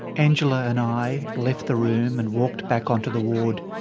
angela and i left the room and walked back onto the ward.